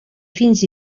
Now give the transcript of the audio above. fins